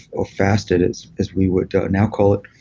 or fasted as as we would now call it